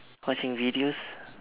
watching videos